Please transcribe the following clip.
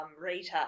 rita